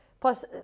Plus